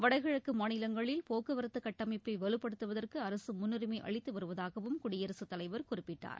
வடகிழக்கு மாநிலங்களில் போக்குவரத்து கட்டமைப்பை வலுப்படுத்துவதற்கு அரசு முன்னுரிமை அளித்து வருவதாகவும் குடியரசுத் தலைவர் குறிப்பிட்டார்